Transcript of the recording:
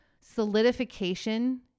solidification